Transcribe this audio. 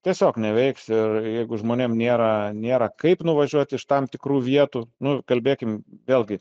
tiesiog neveiks ir jeigu žmonėm nėra nėra kaip nuvažiuot iš tam tikrų vietų nu kalbėkim vėlgi